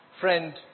friend